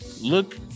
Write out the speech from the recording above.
Look